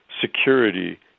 security